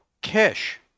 Kish